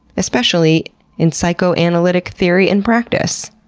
especially in psychoanalytic theory and practice.